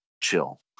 chill